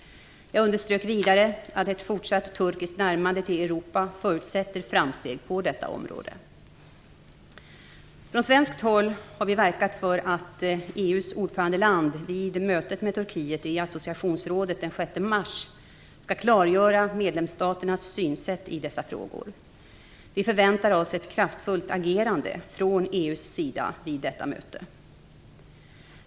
Jag underströk vidare att ett fortsatt turkiskt närmande till Europa förutsätter framsteg på detta område.Från svenskt håll har vi verkat för att EU:s ordförandeland vid mötet med Turkiet i associationsrådet den 6 mars skall klargöra medlemsstaternas synsätt i dessa frågor. Vi förväntar oss ett kraftfullt agerande från EU:s sida vid detta möte.